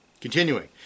Continuing